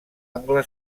angle